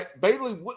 Bailey